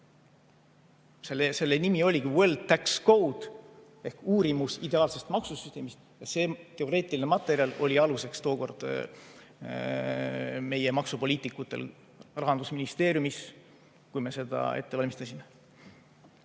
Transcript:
nimi oli Well Tax Code ehk uurimus ideaalsest maksusüsteemist ja see teoreetiline materjal oli tookord aluseks meie maksupoliitikutel Rahandusministeeriumis, kui me seda ette valmistasime.